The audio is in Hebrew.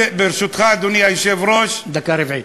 ברשותך, אדוני היושב-ראש, דקה רביעית.